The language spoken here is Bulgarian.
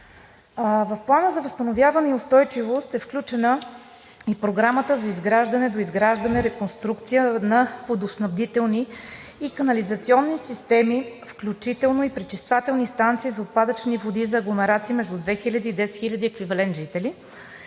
В Плана за възстановяване и устойчивост е включена и Програмата за изграждане, доизграждане, реконструкция на водоснабдителни и канализационни системи, включително и пречиствателни станции за отпадъчни води за агломерации между 2000 и 10 000 еквивалент жители